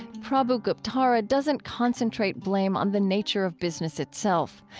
prabhu guptara doesn't concentrate blame on the nature of business itself.